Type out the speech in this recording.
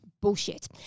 Bullshit